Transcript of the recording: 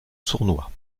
sournois